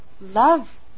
love